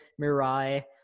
Mirai